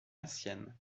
ancienne